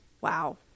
Wow